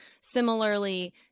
similarly